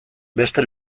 beste